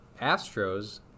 Astros